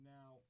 Now